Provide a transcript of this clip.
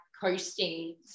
Coasting